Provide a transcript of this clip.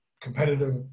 competitive